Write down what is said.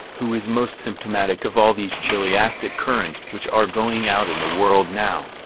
who is most symptomatic of all these chiliastic currents which are going out in the world now.